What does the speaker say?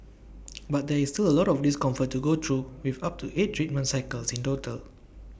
but there is still A lot of discomfort to go through with up to eight treatment cycles in total